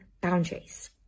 boundaries